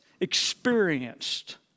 experienced